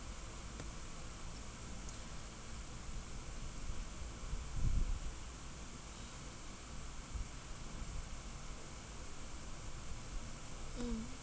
mm